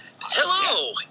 hello